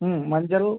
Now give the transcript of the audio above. ம் மஞ்சள்